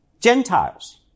Gentiles